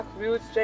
views